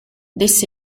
this